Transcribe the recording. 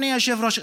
אדוני היושב-ראש,